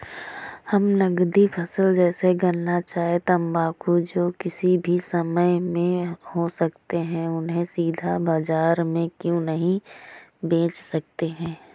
हम नगदी फसल जैसे गन्ना चाय तंबाकू जो किसी भी समय में हो सकते हैं उन्हें सीधा बाजार में क्यो नहीं बेच सकते हैं?